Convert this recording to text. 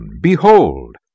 Behold